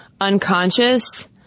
unconscious